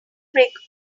brick